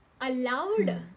allowed